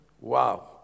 Wow